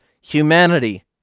humanity